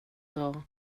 dag